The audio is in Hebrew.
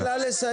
תן לה לסיים.